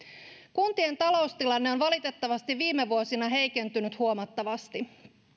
kuntien taloustilanne on valitettavasti viime vuosina heikentynyt huomattavasti